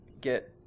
Get